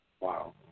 Wow